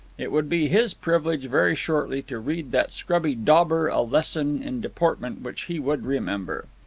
it would be his privilege very shortly to read that scrubby dauber a lesson in deportment which he would remember.